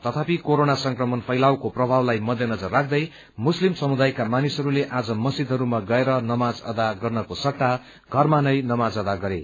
तथापि कोरोना संक्रमण फैलावको प्रभावलाई मध्यनजरा राख्दै मुस्लिम समुदायका मानिसहरूले आज मस्जीदहरूमा गएर नमाज अदा गर्नको सट्टा घरमा नै नमाज अदा गरे